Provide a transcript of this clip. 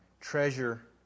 treasure